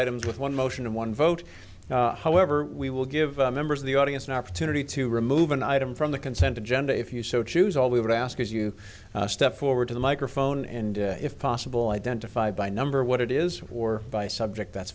items with one motion and one vote however we will give members of the audience an opportunity to remove an item from the consent agenda if you so choose all we would ask is you step forward to the microphone and if possible identify by number what it is or by subject that's